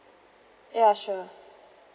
ya sure